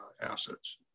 assets